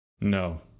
No